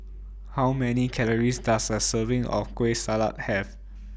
How Many Calories Does A Serving of Kueh Salat Have